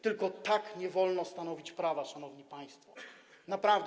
Tylko tak nie wolno stanowić prawa, szanowni państwo, naprawdę.